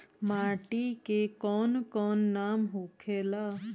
माटी के कौन कौन नाम होखे ला?